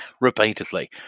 repeatedly